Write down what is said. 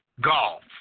golf